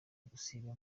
gusiba